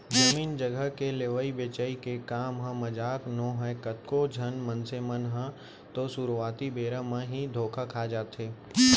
जमीन जघा के लेवई बेचई के काम ह मजाक नोहय कतको झन मनसे मन ह तो सुरुवाती बेरा म ही धोखा खा जाथे